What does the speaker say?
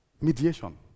Mediation